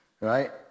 right